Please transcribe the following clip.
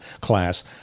class